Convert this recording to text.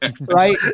right